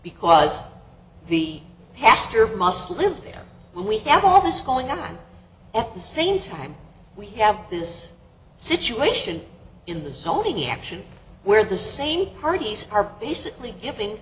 because the pastor must live there we have all this going on at the same time we have this situation in the sony action where the same parties are basically giving